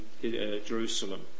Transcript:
Jerusalem